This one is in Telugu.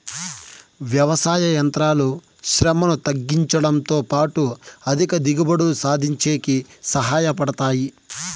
వ్యవసాయ యంత్రాలు శ్రమను తగ్గించుడంతో పాటు అధిక దిగుబడులు సాధించేకి సహాయ పడతాయి